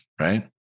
right